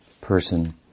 person